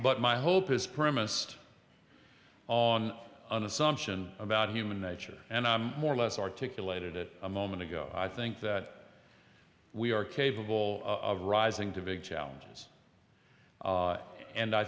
but my hope is premised on an assumption about human nature and more or less articulated it a moment ago i think that we are capable of rising to big challenges and i